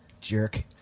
Jerk